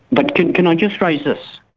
but can can i just raise this?